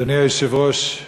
אדוני היושב-ראש,